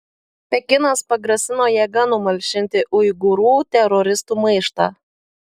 pekinas pagrasino jėga numalšinti uigūrų teroristų maištą